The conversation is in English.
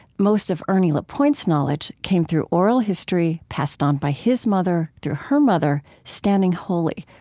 most of ernie lapointe's knowledge came through oral history passed on by his mother through her mother, standing holy,